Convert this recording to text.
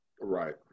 Right